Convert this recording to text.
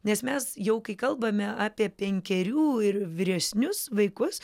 nes mes jau kai kalbame apie penkerių ir vyresnius vaikus